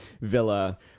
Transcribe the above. villa